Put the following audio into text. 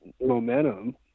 momentum